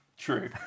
True